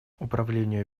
управлению